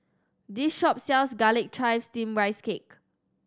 this shop sells Garlic Chives Steamed Rice Cake